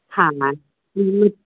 हाँ हाँ